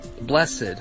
Blessed